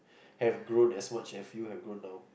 have grown as much as you have grown now